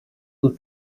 who